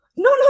No